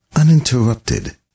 uninterrupted